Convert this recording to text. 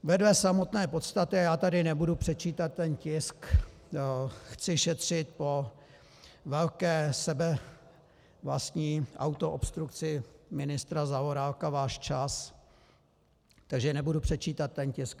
Vedle samotné podstaty, a já tady nebudu předčítat ten tisk, chci šetřit po velké sebevlastní autoobstrukci ministra Zaorálka váš čas, takže nebudu předčítat ten tisk.